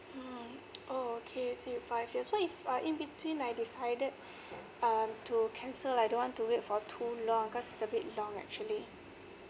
mm oh okay three to five years so if uh between I decided um to cancel I don't want to wait for too long cause a bit long actually